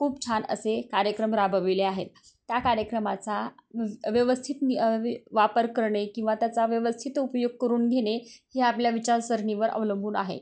खूप छान असे कार्यक्रम राबविले आहेत त्या कार्यक्रमाचा व्य व्यवस्थित न वापर करणे किंवा त्याचा व्यवस्थित उपयोग करून घेणे हे आपल्या विचारसरणीवर अवलंबून आहे